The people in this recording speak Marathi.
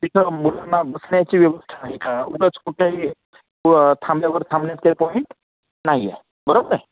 तिथं मुलांना बसण्याची व्यवस्था आहे का उगाच कुठेही व थांब्यावर थांबण्यात काही पॉईंट नाही आहे बरोबर आहे